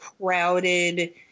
crowded